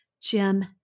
Jim